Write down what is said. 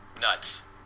nuts